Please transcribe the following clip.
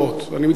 אני מצטער.